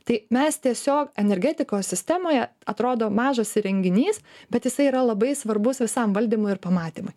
tai mes tiesiog energetikos sistemoje atrodo mažas įrenginys bet jisai yra labai svarbus visam valdymui ir pamatymui